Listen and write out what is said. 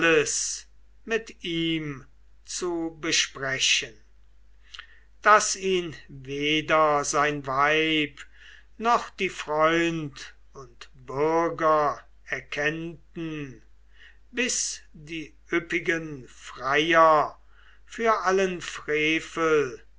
mit ihm zu besprechen daß ihn weder weib noch die freund und bürger erkennten bis die üppigen freier für allen frevel